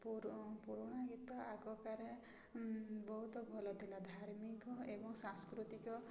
ପୁରୁଣା ଗୀତ ଆଗକାରେ ବହୁତ ଭଲ ଥିଲା ଧାର୍ମିକ ଏବଂ ସାଂସ୍କୃତିକ